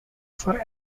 for